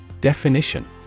Definition